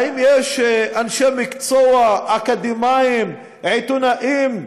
האם יש אנשי מקצוע אקדמאים, עיתונאים ערבים,